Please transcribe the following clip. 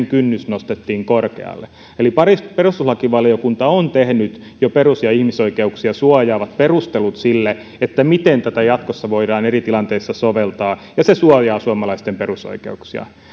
kynnys nostettiin korkealle eli perustuslakivaliokunta on jo tehnyt perus ja ihmisoikeuksia suojaavat perustelut sille miten tätä jatkossa voidaan eri tilanteissa soveltaa ja se suojaa suomalaisten perusoikeuksia